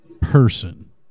person